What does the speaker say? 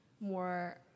more